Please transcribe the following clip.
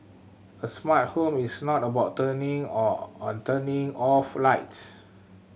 a smart home is not about turning on and turning off lights